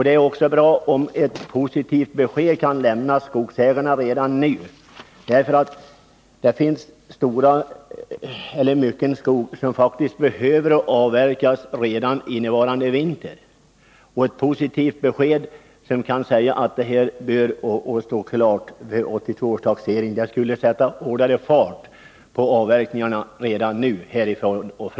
Det vore också bra om ett Om skattereglerna positivt besked kunde lämnas till skogsägarna redan nu, eftersom mycken skog faktiskt behöver avverkas redan under innevarande vinter. Ett positivt besked om att frågan kan vara klar vid 1982 års taxering skulle få fart på avverkningarna omedelbart.